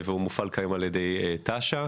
הוא מופעל כיום על ידי תש"ן.